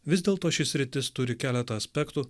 vis dėlto ši sritis turi keletą aspektų